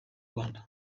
rwanda